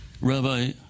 Rabbi